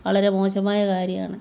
വളരെ മോശമായ കാര്യമാണ്